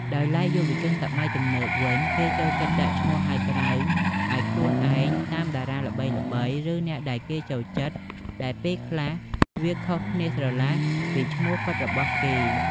ដោយឡែក យុវជនសម័យទំនើបវិញ គេចូលចិត្តដាក់ឈ្មោះហៅក្រៅឱ្យខ្លួនឯងតាមតារាល្បីៗ ឬ អ្នកដែលគេចូលចិត្ត ដែលពេលខ្លះវាខុសគ្នាស្រឡះពីឈ្មោះពិតរបស់គេ។